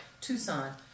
Tucson